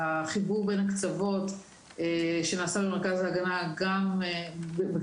החיבור בין הקצוות שנעשה במרכז ההגנה בכלל